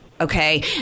Okay